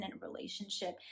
relationship